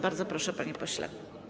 Bardzo proszę, panie pośle.